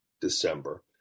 December